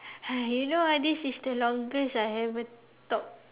!hais! you know ah this is the longest I've ever talked